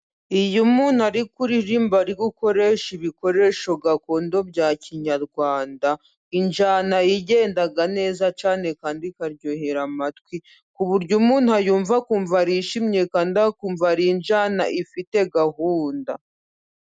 Iyo umuntu arimo kuririmba ari ukoresha ibikoresho gakondo bya kinyarwanda. Injyana yagenda neza cyane kandi ikaryohera amatwi. Ku buryo umuntu ayumva akumva arishimye kanda akumva ari injana ifite gahunda.